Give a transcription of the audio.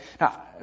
Now